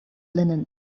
linen